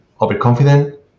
overconfident